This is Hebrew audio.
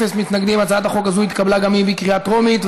הצעת החוק התקבלה בקריאה טרומית.